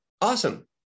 awesome